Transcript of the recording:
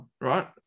right